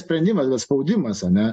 sprendimas bet spaudimas ane